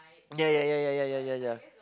yeah yeah yeah yeah yeah yeah yeah yeah